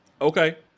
Okay